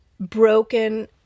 Broken